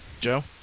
Joe